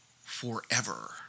forever